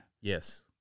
Yes